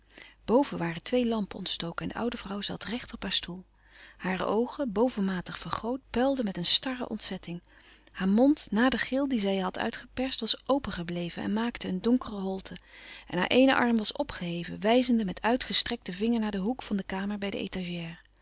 boven waren twee lampen ontstoken en de oude vrouw zat recht op haar stoel hare oogen bovenmatig vergroot puilden met een starre ontzetting haar mond na den gil dien zij had uitgeperst was opengebleven en maakte een donkere holte en haar eene arm was opgeheven wijzende met uitgestrekten vinger naar den hoek van de kamer bij de étagère